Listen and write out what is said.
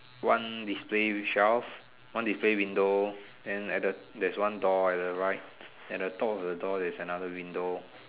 one display shelf one display window and at the there's one door at the right at the top of the door there's another window